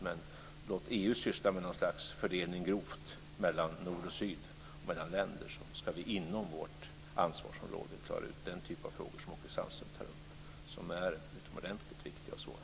Men låt EU syssla med något slags grov fördelning mellan nord och syd och mellan länder, så ska vi inom vårt ansvarsområde klara ut den typen av frågor som Åke Sandström tar upp, som är utomordentligt viktiga och svåra.